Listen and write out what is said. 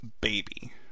baby